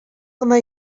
гына